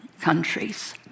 countries